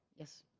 yes?